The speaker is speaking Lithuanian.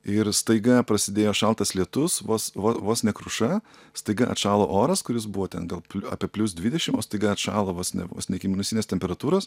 ir staiga prasidėjo šaltas lietus vos vo vos ne kruša staiga atšalo oras kuris buvo ten gal apie plius dvidešim o staiga atšalo vos ne vos ne iki minusinės temperatūros